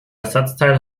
ersatzteil